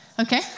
Okay